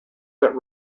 that